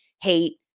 hate